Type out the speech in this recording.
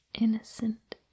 innocent